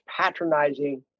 patronizing